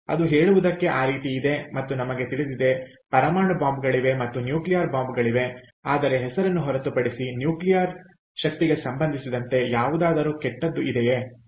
ಅದು ಹೇಳುವುದಕ್ಕೆ ಆ ರೀತಿ ಇದೆ ಮತ್ತು ನಮಗೆ ತಿಳಿದಿದೆ ಪರಮಾಣು ಬಾಂಬು ಗಳಿವೆ ಮತ್ತು ನ್ಯೂಕ್ಲಿಯಾರ್ ಬಾಂಬುಗಳಿವೆ ಆದರೆ ಹೆಸರನ್ನು ಹೊರತುಪಡಿಸಿ ನ್ಯೂಕ್ಲಿಯಾರ್ ಶಕ್ತಿಗೆ ಸಂಬಂಧಿಸಿದ ಯಾವುದಾದರೂ ಕೆಟ್ಟದ್ದು ಇದೆಯೇ ಇಲ್ಲ